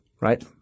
right